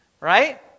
right